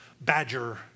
badger